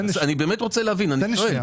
אני באמת רוצה להבין, אני שואל.